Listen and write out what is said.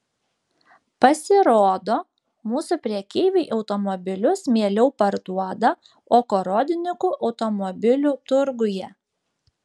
pasirodo mūsų prekeiviai automobilius mieliau parduoda ogorodnikų automobilių turguje